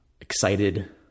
excited